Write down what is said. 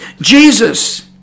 Jesus